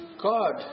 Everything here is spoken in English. God